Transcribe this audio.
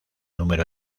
número